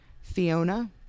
Fiona